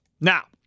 Now